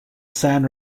san